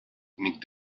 ning